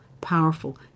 powerful